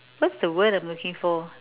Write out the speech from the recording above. what's the word I'm looking for